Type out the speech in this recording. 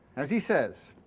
as he says